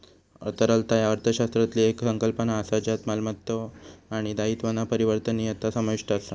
तरलता ह्या अर्थशास्त्रातली येक संकल्पना असा ज्यात मालमत्तो आणि दायित्वांचा परिवर्तनीयता समाविष्ट असा